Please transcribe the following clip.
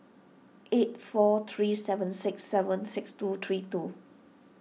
eight four three seven six seven six two three two